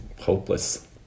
hopeless